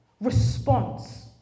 Response